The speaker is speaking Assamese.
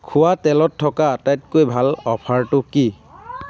খোৱা তেলত থকা আটাইতকৈ ভাল অ'ফাৰটো কি